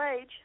age